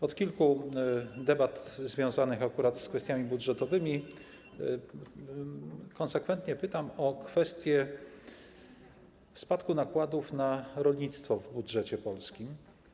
Od kilku debat związanych akurat z kwestiami budżetowymi konsekwentnie pytam o kwestie spadku nakładów na rolnictwo w budżecie polskim.